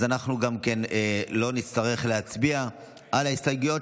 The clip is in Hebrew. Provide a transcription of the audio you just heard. אז אנחנו גם לא נצטרך להצביע על ההסתייגויות